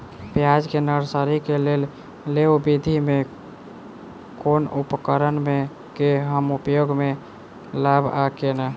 प्याज केँ नर्सरी केँ लेल लेव विधि म केँ कुन उपकरण केँ हम उपयोग म लाब आ केना?